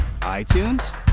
iTunes